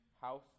house